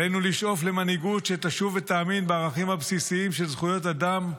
עלינו לשאוף למנהיגות שתשוב ותאמין בערכים הבסיסיים של זכויות אדם,